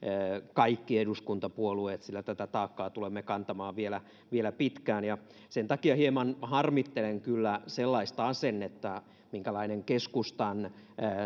kaikki eduskuntapuolueet sillä tätä taakkaa tulemme kantamaan vielä vielä pitkään sen takia hieman kyllä harmittelen sellaista asennetta minkälainen keskustan